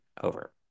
over